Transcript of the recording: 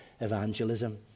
evangelism